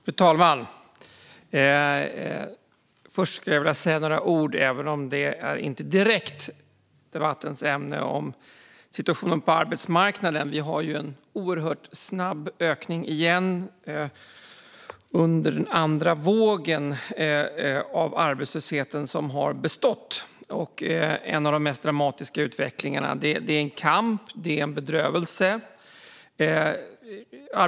Fru talman! Först skulle jag vilja säga några ord, även om det inte direkt är debattens ämne, om situationen på arbetsmarknaden. Vi har ju en oerhört snabb ökning av arbetslösheten igen under den andra vågen, en av de mest dramatiska utvecklingarna, och den har bestått. Det är en kamp. Det är en bedrövelse.